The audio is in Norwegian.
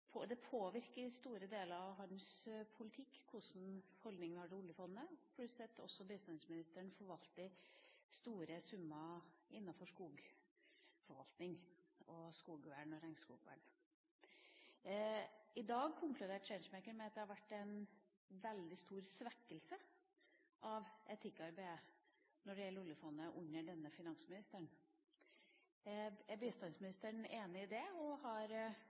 pluss at bistandsministeren også forvalter store summer innenfor skogforvaltning og skogvern og regnskogvern. I dag konkluderte Changemaker med at det under denne finansministeren har vært en veldig stor svekkelse av etikkarbeidet når det gjelder oljefondet. Er bistandsministeren enig i det, og hvordan påvirker det bistandsministerens arbeid at den svekkelsen har